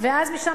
אז משם,